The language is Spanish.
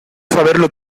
saberlo